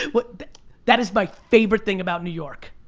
ah that is my favorite thing about new york.